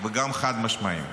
וגם חד-משמעיים.